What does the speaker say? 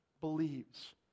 believes